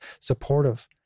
supportive